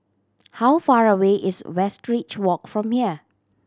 how far away is Westridge Walk from here